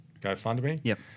GoFundMe